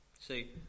See